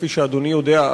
כפי שאדוני יודע,